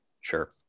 Sure